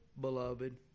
beloved